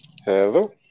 Hello